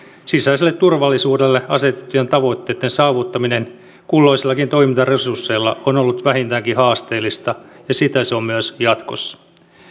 sisäiselle turvallisuudelle asetettujen tavoitteitten saavuttaminen kulloisillakin toimintaresursseilla on ollut vähintäänkin haasteellista ja sitä se on myös jatkossa